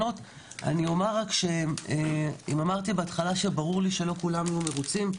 אני אומר רק שאם אמרתי בהתחלה שברור לי שלא כולם יהיו מרוצים,